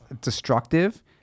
destructive